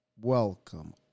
Welcome